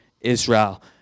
Israel